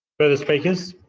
further speakers?